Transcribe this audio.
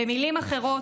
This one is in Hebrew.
במילים אחרות,